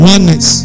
Oneness